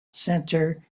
center